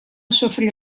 sofrir